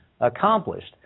accomplished